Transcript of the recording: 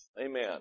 Amen